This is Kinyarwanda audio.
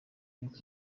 y’uko